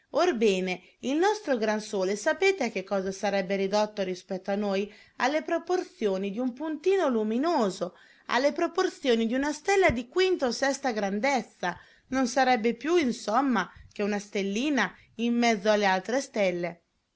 orbene il nostro gran sole sapete a che cosa sarebbe ridotto rispetto a noi alle proporzioni d'un puntino luminoso alle proporzioni di una stella di quinta o sesta grandezza non sarebbe più insomma che una stellina in mezzo alle altre stelle